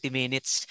minutes